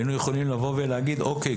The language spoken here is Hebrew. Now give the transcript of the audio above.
היינו יכולים לבוא ולהגיד אוקיי,